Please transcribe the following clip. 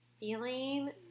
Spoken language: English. feeling